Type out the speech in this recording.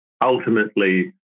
ultimately